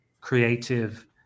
creative